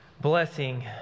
blessing